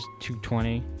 220